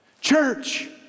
church